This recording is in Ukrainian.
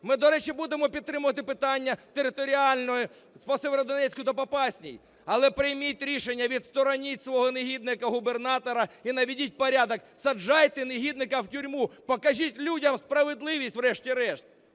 Ми, до речі, будемо підтримувати питання територіальне по Сєвєродонецьку та Попасній. Але прийміть рішення відстороніть свого негідника губернатора і наведіть порядок. Саджайте негідника в тюрму, покажіть людям справедливість врешті-решт.